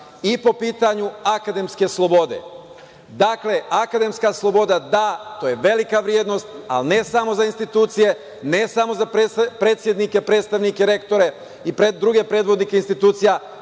po pitanju akademske slobode. Dakle, akademska sloboda, da, to je velika vrednost, ali ne samo za institucije, ne samo za predsednike, predstavnike, rektore i druge predvodnike institucija,